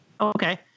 Okay